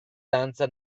danza